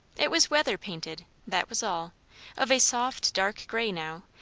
it was weather-painted that was all of a soft dark grey now,